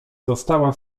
została